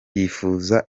yifuza